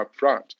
upfront